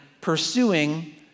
pursuing